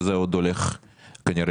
וזה עוד הולך להשתנות.